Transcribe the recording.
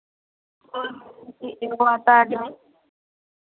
एक आता है जो